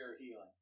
healing